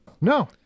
No